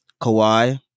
Kawhi